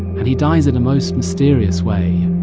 and he dies in a most mysterious way.